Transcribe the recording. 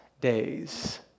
days